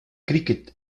cricket